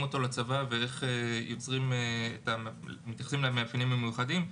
אותו לצבא ואיך מתייחסים למאפיינים המיוחדים.